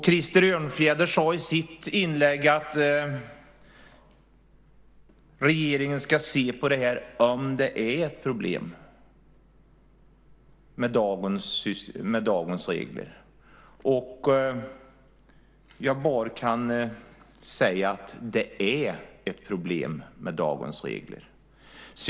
Krister Örnfjäder sade i sitt inlägg att regeringen ska se på om det här är ett problem med dagens regler. Jag kan bara säga att det är ett problem med dagens regler.